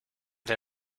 der